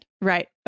Right